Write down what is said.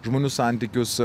žmonių santykius